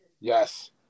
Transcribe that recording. Yes